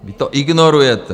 Vy to ignorujete.